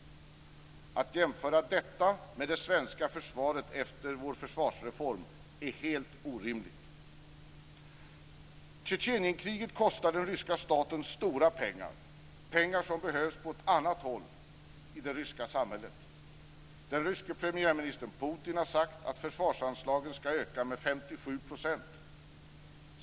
Att jämföra detta med det svenska försvaret efter vår försvarsreform är helt orimligt. Tjetjenienkriget kostar den ryska staten stora pengar - pengar som behövs på annat håll i det ryska samhället. Den ryske premiärministern Putin har sagt att försvarsanslagen ska öka med 57 %.